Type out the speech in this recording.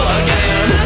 again